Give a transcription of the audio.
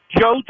Joe